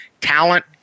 Talent